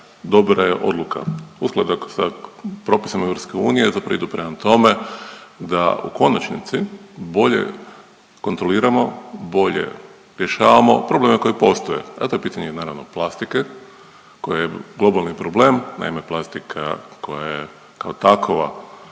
dobra je odluka. Usklada sa prosima EU zapravo idu prema tome da u konačnici bolje kontroliramo, bolje rješavamo probleme koji postoje, a to je pitanje naravno plastike koja je globalni problem. Naime, plastika koja je kao takova